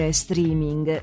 streaming